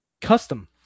custom